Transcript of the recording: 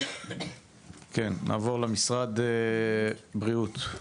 נעבור למשרד הבריאות,